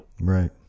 Right